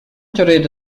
تريد